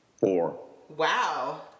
Wow